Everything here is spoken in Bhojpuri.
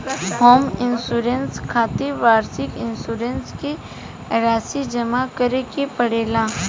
होम इंश्योरेंस खातिर वार्षिक इंश्योरेंस के राशि जामा करे के पड़ेला